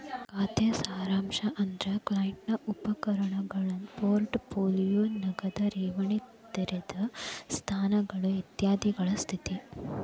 ಖಾತೆ ಸಾರಾಂಶ ಅಂದ್ರ ಕ್ಲೈಂಟ್ ನ ಉಪಕರಣಗಳು ಪೋರ್ಟ್ ಪೋಲಿಯೋ ನಗದ ಠೇವಣಿ ತೆರೆದ ಸ್ಥಾನಗಳು ಇತ್ಯಾದಿಗಳ ಸ್ಥಿತಿ